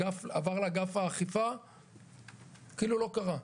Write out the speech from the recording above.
זה עובר לאגף האכיפה וכאילו לא קרה.